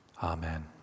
Amen